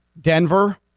Denver